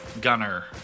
gunner